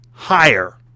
Higher